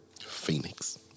Phoenix